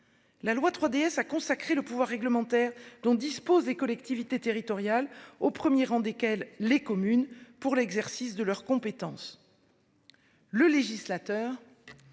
loi 3DS, a consacré le pouvoir réglementaire dont disposent les collectivités territoriales, au premier rang desquelles les communes, pour l'exercice de leurs compétences.